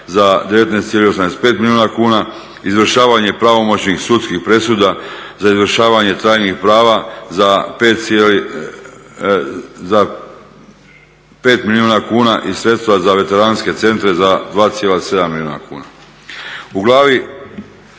za 19,85 milijuna kuna, izvršavanje pravomoćnih sudskih presuda za izvršavanje trajnih prava za 5 milijuna kuna i sredstva za veteranske centre za 2,7 milijuna kuna. U glavi